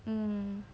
mm